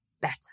better